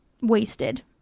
wasted